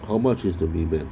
how much is to be banned